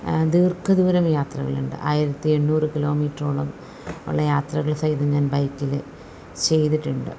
ദീർഘദൂരം യാത്രകളുണ്ട് ആയിരത്തി എണ്ണൂറ് കിലോമീറ്ററോളം ഉള്ള യാത്രകൾ സഹിതം ഞാൻ ബൈക്കിൽ ചെയ്തിട്ടുണ്ട്